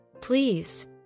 Please